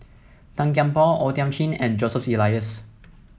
Tan Kian Por O Thiam Chin and Joseph Elias